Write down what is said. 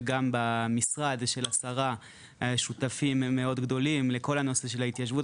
וגם במשרד של השרה שותפים מאוד גדולים לכל הנושא של ההתיישבות.